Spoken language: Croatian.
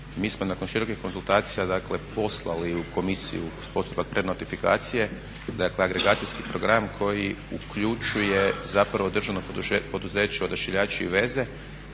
Mi smo nakon širokih konzultacija poslali u komisiju uz postupak prednotifikacije dakle agregacijski program koji uključuje zapravo državno poduzeće Odašiljači i veze